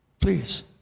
please